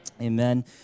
Amen